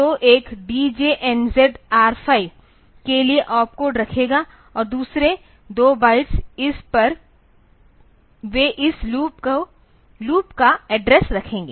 तो एक DJNZ R 5 के लिए ऑप कोड रखेगा और दूसरे 2 बाइट्स इस पर वे इस लूप का एड्रेस रखेंगे